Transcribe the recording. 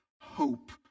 hope